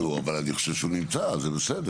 נו אבל אני חושב שהוא נמצא אז זה בסדר.